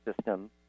system